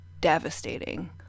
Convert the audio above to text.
devastating